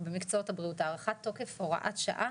במקצועות הבריאות (הארכת תוקף הוראת שעה),